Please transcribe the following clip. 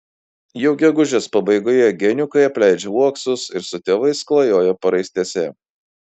jau gegužės pabaigoje geniukai apleidžia uoksus ir su tėvais klajoja paraistėse